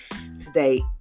today